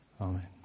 Amen